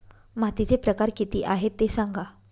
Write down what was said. मातीचे प्रकार किती आहे ते सांगा